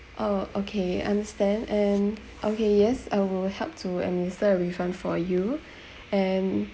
oh okay understand and okay yes I will help to administer a refund for you and